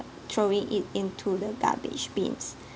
throwing it into the garbage bins